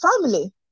family